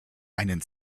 einen